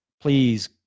Please